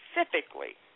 specifically